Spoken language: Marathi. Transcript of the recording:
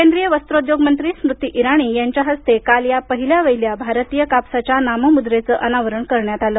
केंद्रीय वस्त्रोद्योग मंत्री स्मृती इराणी यांच्या हस्ते काल या पहिल्या वाहिल्या भारतीय कापसाच्या नाममुद्रेचं अनावरण करण्यात आलं